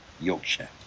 Yorkshire